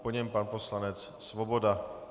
Po něm pan poslanec Svoboda.